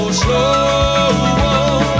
slow